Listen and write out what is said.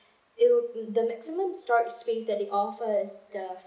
it will the maximum store space that they offer is the